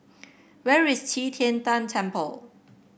where is Qi Tian Tan Temple